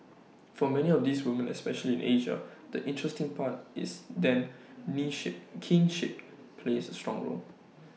for many of these women especially in Asia the interesting part is that niship kinship plays A strong role